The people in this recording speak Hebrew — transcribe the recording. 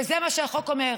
וזה מה שהחוק אומר.